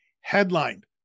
headlined